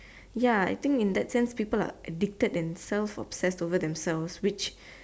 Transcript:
ya I think in that sense people are addicted and self obsessed over themselves which